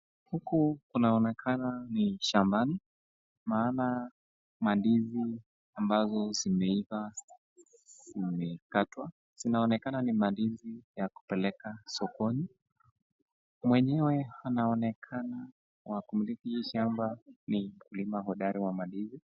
Huku kunaonekana ni shambani maana mandizi ambazo zimeiva zimekatwa, zinaonekana ni mandizi ya kuletwa sokoni. Mwenyewe anaonekana, wa kumiliki shamba, ni mkulima hodari wa mandizi.